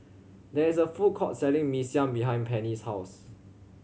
there is a food court selling Mee Siam behind Penny's house